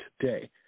today